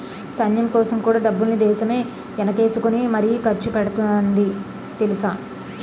సైన్యంకోసం కూడా డబ్బుల్ని దేశమే ఎనకేసుకుని మరీ ఖర్చుపెడతాంది తెలుసా?